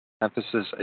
emphasis